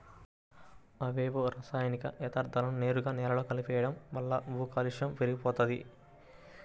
అవేవో రసాయనిక యర్థాలను నేరుగా నేలలో కలిపెయ్యడం వల్ల భూకాలుష్యం పెరిగిపోతంది